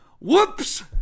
Whoops